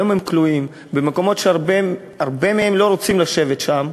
היום הם כלואים במקומות שהרבה מהם לא רוצים לשבת בהם,